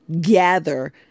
gather